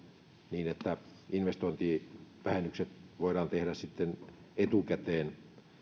niin että investointivähennykset voidaan tehdä sitten etukäteen